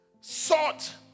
sought